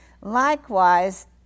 Likewise